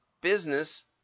business